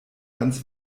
ganz